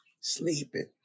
Sleeping